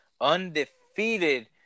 undefeated